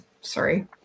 sorry